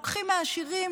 לוקחים מעשירים,